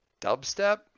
dubstep